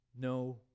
No